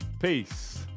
peace